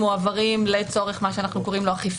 או מחוץ לגוף?